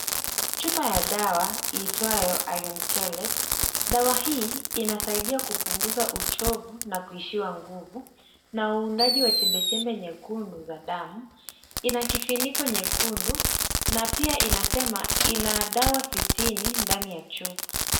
Chupa ya dawa iitwayo Iron Chelate. Dawa hii inasaidia kupunguza uchovu na kuishiwa nguvu na uundaji wa chembechembe nyekundu za damu. Ina kifuniko nyekundu na pia inasema ina dawa sitini ndani ya chupa.